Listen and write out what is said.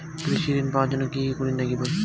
কৃষি ঋণ পাবার জন্যে কি কি করির নাগিবে?